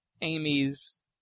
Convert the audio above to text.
Amy's